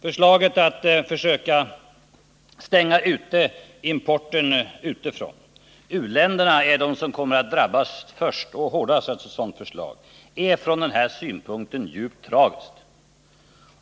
Förslaget att försöka stänga ute importen — u-länderna är de som kommer att drabbas först och hårdast av ett sådant förslag — är från den synpunkten djupt tragiskt.